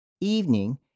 evening